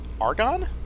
argon